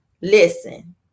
Listen